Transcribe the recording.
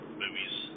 movies